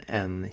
en